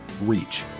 reach